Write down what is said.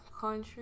country